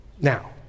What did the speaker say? Now